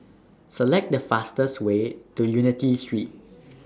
Select The fastest Way to Unity Street